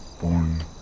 born